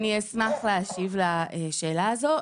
אני אשמח להשיב לשאלה הזו,